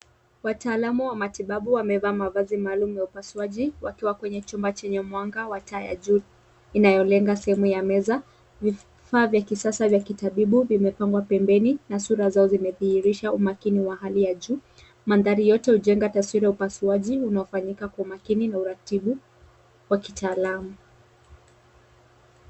Watalamu wa matibabu wamevaa mavazi maalum ya upasuaji wakiwa kwenye chumba chenye mwanga wa taa ya juu inayolenga sehemu ya meza. Vifaa vya kisasa vya kitabibu vimepangwa pembeni na sura zao zimedhihirisha umakini wa hali ya juu madhari yote hujenga taswira ya upasuaji unaofanyika kwa makini na uratibu wa kitaalamu.